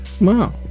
Wow